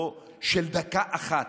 לא של דקה אחת".